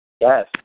Yes